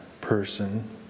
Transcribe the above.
person